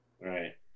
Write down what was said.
right